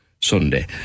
Sunday